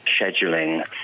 scheduling